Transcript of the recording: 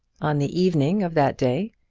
on the evening of that day,